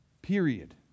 Period